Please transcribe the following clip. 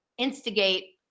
instigate